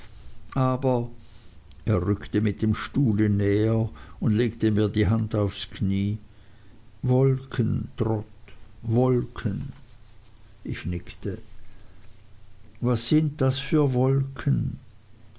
aber er rückte mit dem stuhle näher und legte mir die hand aufs knie wolken trot wolken ich nickte was sind das für wolken